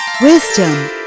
Wisdom